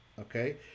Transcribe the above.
Okay